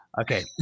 okay